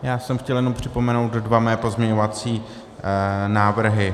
Já jsem chtěl jenom připomenout své dva pozměňovací návrhy.